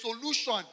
solution